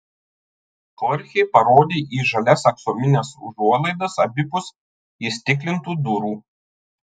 chorchė parodė į žalias aksomines užuolaidas abipus įstiklintų durų